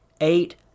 eight